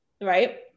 right